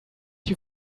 you